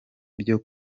byo